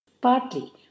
partly